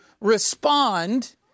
respond